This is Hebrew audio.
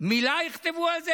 מילה יכתבו על זה?